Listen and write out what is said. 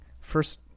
First